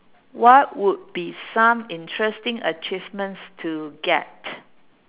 what would be some interesting achievements to get